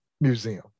museum